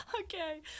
Okay